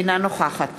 אינה נוכחת